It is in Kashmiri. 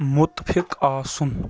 مُتفِِق آسُن